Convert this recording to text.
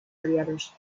aliados